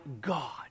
God